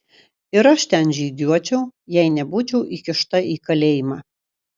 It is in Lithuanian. ir aš ten žygiuočiau jei nebūčiau įkišta į kalėjimą